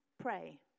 pray